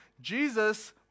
jesus